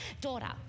daughter